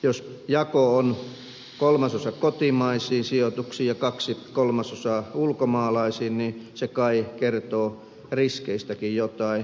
jos jako on kolmasosa kotimaisiin sijoituksiin ja kaksi kolmasosaa ulkomaalaisiin niin se kai kertoo riskeistäkin jotain